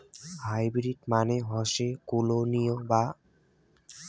hybrid মানে হসে অকুলীন বা দোআঁশলা যেটা দুইটা জিনিসকে মিশিয়ে বানাং হই